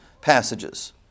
passages